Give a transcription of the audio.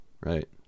right